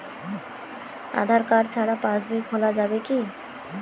আধার card ছাড়া পাশবই খোলা যাবে কি?